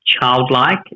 childlike